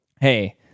hey